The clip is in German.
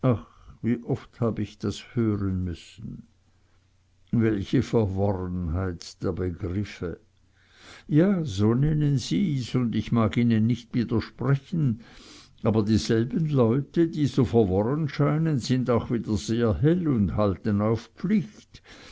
wie oft hab ich das hören müssen welche verworrenheit der begriffe ja so nennen sie's und ich mag nicht widersprechen aber dieselben leute die so verworren scheinen sind auch wieder sehr hell und halten auf pflicht